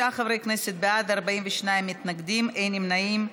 39 חברי כנסת בעד, 42 מתנגדים, אין נמנעים.